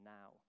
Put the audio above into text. now